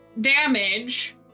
damage